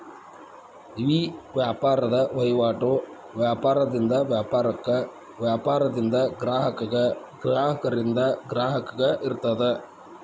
ಈ ವ್ಯಾಪಾರದ್ ವಹಿವಾಟು ವ್ಯಾಪಾರದಿಂದ ವ್ಯಾಪಾರಕ್ಕ, ವ್ಯಾಪಾರದಿಂದ ಗ್ರಾಹಕಗ, ಗ್ರಾಹಕರಿಂದ ಗ್ರಾಹಕಗ ಇರ್ತದ